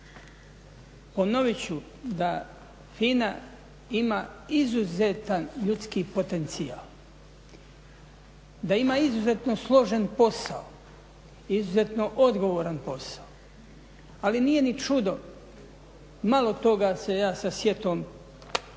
Ponovit ću da FINA ima izuzetan ljudski potencijal, da ima izuzetno složen posao, izuzetno odgovoran posao. Ali nije ni čudo malo toga se ja sa sjetom